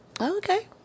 Okay